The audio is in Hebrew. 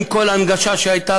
עם כל ההנגשה שהייתה,